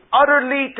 utterly